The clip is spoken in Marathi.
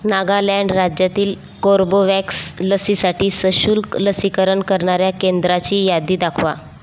नागालँड राज्यातील कोर्बोवॅक्स लसीसाठी सशुल्क लसीकरण करणाऱ्या केंद्रांची यादी दाखवा